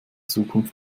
zukunft